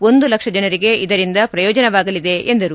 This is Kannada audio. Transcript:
ಒಂದು ಲಕ್ಷ ಜನರಿಗೆ ಇದರಿಂದ ಪ್ರಯೋಜನವಾಗಲಿದೆ ಎಂದರು